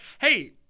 Hey